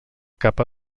capa